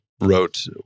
wrote